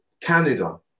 Canada